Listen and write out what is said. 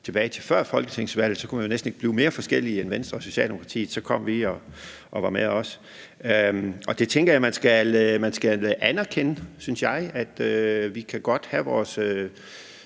tilbage til tiden før folketingsvalget, kunne man næsten ikke blive mere forskellige end Venstre og Socialdemokratiet. Så kom vi og var med også. Jeg tænker, man skal anerkende, at vi godt kan have vores